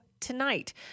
Tonight